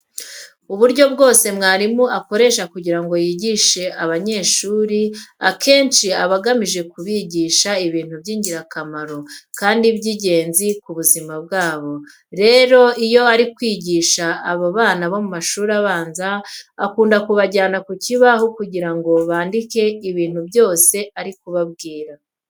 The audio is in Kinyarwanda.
Uburyo bwose mwarimu akoresha kugira ngo yigishe abanyeshuri akenshi aba agamije kubigisha ibintu by'ingirakamaro kandi by'ingenzi ku buzima bwabo. Rero iyo ari kwigisha abana bo mu mashuri abanza akunda kubajyana ku kibaho kugira ngo bandike ibintu byose ari kubabwira.